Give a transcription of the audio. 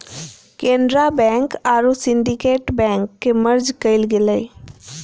Canara bank आरो Syndicate Bank के merge कइल गेलय